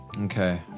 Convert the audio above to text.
Okay